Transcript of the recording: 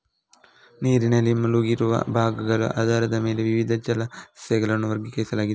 ನೀರಿನಲ್ಲಿ ಮುಳುಗಿರುವ ಭಾಗಗಳ ಆಧಾರದ ಮೇಲೆ ವಿವಿಧ ಜಲ ಸಸ್ಯಗಳನ್ನು ವರ್ಗೀಕರಿಸಲಾಗಿದೆ